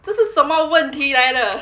这是什么问题来的